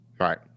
Right